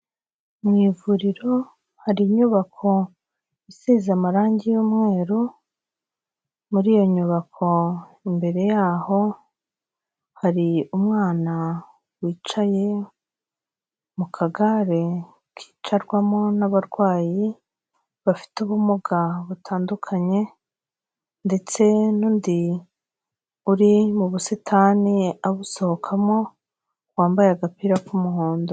Mu ivuriro hari inyubako isize amarange y'umweru, muri iyo nyubako imbere yaho hari umwana wicaye mu kagare kicarwamo n'abarwayi bafite ubumuga butandukanye ndetse n'undi uri mu busitani abusohokamo wambaye agapira k'umuhondo.